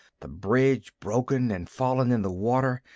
the bridge broken and fallen in the water,